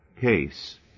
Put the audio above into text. case